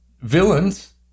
villains